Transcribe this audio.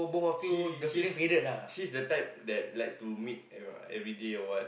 he he's the type that like to meet everyday or what